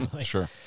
Sure